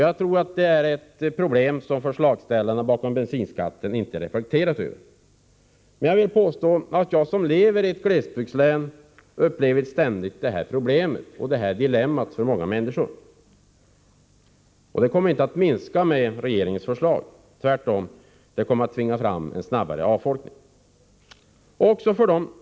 Jag tror att detta är ett problem som förslagsställarna bakom bensinskattehöjningen inte reflekterat över. Men jag vill påstå att jag, som lever i ett glesbygdslän, ständigt upplever detta problem och detta dilemma för många människor. Problemen kommer inte att minska med regeringens förslag. Tvärtom — bensinskattehöjningen kommer att tvinga fram en snabbare avfolkning.